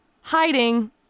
hiding